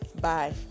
bye